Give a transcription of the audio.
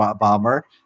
bomber